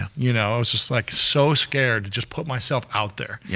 you know? it's just like so scared to just put myself out there. yeah